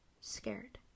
scared